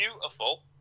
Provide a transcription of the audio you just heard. beautiful